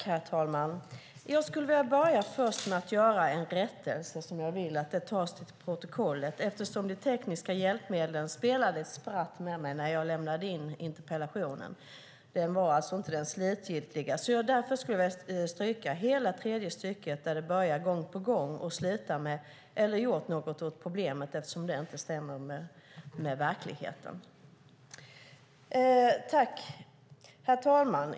Herr talman! Jag skulle vilja börja med att göra en rättelse som jag vill tas till protokollet, eftersom de tekniska hjälpmedlen spelade mig ett spratt när jag lämnade in interpellationen. Det var alltså inte den slutgiltiga interpellationen. Därför skulle jag vilja stryka hela tredje stycket som börjar med "gång på gång" och slutar med "eller gjort något åt problemen", eftersom detta inte stämmer med verkligheten.